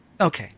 Okay